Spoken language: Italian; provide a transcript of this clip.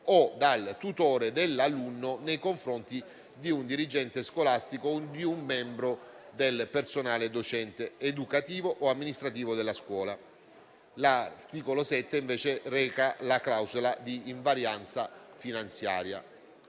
o dal tutore dell'alunno nei confronti di un dirigente scolastico o di un membro del personale docente, educativo o amministrativo della scuola. L'articolo 7, invece, reca la clausola di invarianza finanziaria.